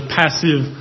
passive